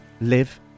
live